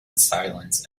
silence